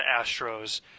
Astros